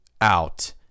Out